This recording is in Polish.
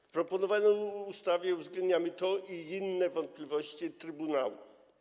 W proponowanej ustawie uwzględniamy to i inne wątpliwości trybunału.